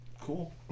Cool